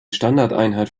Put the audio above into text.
standardeinheit